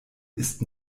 ist